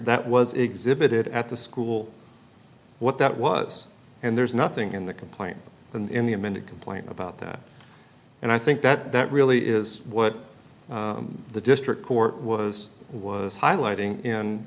that was exhibited at the school what that was and there's nothing in the complaint in the amended complaint about that and i think that that really is what the district court was was highlighting